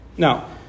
Now